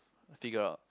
figure out